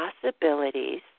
possibilities